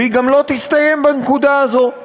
והיא גם לא תסתיים בנקודה הזו.